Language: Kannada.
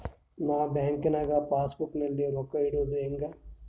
ನಾ ಬ್ಯಾಂಕ್ ನಾಗ ಪಾಸ್ ಬುಕ್ ನಲ್ಲಿ ರೊಕ್ಕ ಇಡುದು ಹ್ಯಾಂಗ್?